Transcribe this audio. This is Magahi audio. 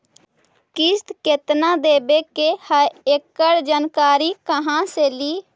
किस्त केत्ना देबे के है एकड़ जानकारी कहा से ली?